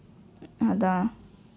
அதான்:athaan